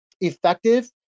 effective